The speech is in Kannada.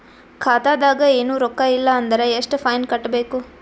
ಖಾತಾದಾಗ ಏನು ರೊಕ್ಕ ಇಲ್ಲ ಅಂದರ ಎಷ್ಟ ಫೈನ್ ಕಟ್ಟಬೇಕು?